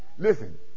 listen